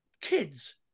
kids